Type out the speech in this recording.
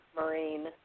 Marine